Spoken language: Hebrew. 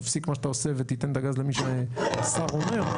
תפסיק מה שאתה עושה ותיתן את הגז למי שהשר אומר,